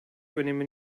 önemi